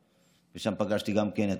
איננו,